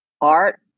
art